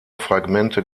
fragmente